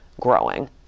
growing